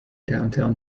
downtown